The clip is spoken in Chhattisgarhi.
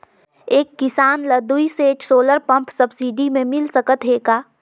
एक किसान ल दुई सेट सोलर पम्प सब्सिडी मे मिल सकत हे का?